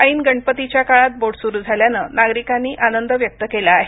ऐन गणपतीच्या काळात बोट सुरू झाल्यानं नागरिकांनी आनंद व्यक्त केला आहे